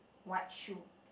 white shoe